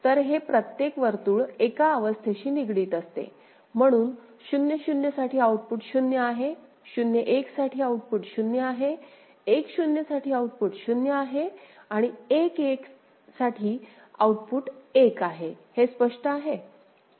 तर हे प्रत्येक वर्तुळ एका अवस्थेशी निगडित असते म्हणून 0 0 साठी आउटपुट 0 आहे 0 1 साठी आउटपुट 0 आहे 1 0 साठी आउटपुट 0 आहे आणि 1 1 साठी आउटपुट 1 आहे हे स्पष्ट आहे